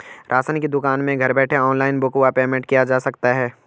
Ration की दुकान में घर बैठे ऑनलाइन बुक व पेमेंट किया जा सकता है?